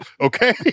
okay